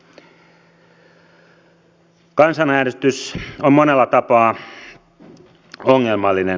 kansanäänestys on monella tapaa ongelmallinen